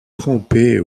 tromper